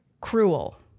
cruel